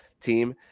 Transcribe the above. team